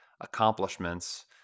accomplishments